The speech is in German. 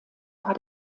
war